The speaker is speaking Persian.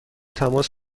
تماس